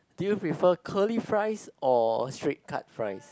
do you prefer curly fries or straight cut fries